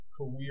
career